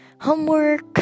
homework